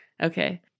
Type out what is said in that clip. Okay